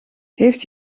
heeft